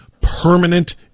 permanent